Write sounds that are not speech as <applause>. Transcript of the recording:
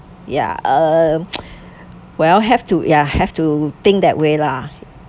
ya um <noise> well have to ya have to think that way lah